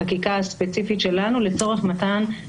החוק לא עוסק בשיקול הדעת המינהלי בהקשר של חומרי חקירה,